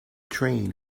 train